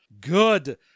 Good